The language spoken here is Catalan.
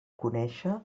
conèixer